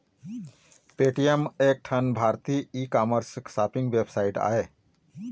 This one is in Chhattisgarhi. पेटीएम एक ठन भारतीय ई कामर्स सॉपिंग वेबसाइट आय